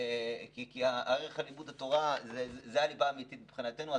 כי ערך לימוד התורה הוא הליבה האמיתית מבחינתנו.